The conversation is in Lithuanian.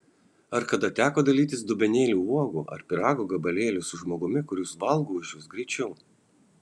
ar kada teko dalytis dubenėliu uogų ar pyrago gabalėliu su žmogumi kuris valgo už jus greičiau